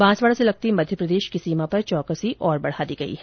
बांसवाड़ा से लगती मध्य प्रदेश की सीमा पर चौकसी और बढ़ा दी है